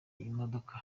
imodoka